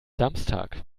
samstag